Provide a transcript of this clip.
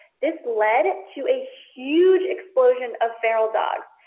this led to a huge explosion of feral dogs.